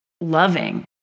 loving